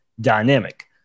dynamic